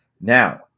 Now